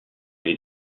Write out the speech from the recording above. les